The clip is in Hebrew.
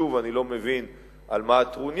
שוב אני לא מבין על מה הטרוניה.